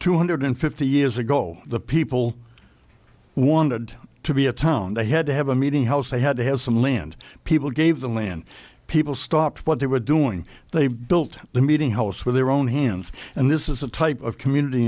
two hundred fifty years ago the people wanted to be a town they had to have a meeting house they had to have some land people gave the land people stopped what they were doing they built the meeting house with their own hands and this is the type of community